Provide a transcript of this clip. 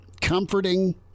comforting